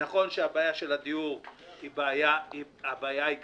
נכון שהבעיה של הדיור היא הבעיה העיקרית.